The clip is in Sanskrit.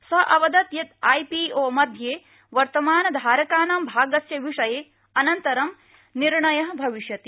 सः अवदत् यत् आईपीओ मध्ये वर्तमानधारकानां भागस्य विषये अनन्तर निर्णयः भविष्यति